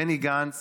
בני גנץ